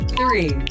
three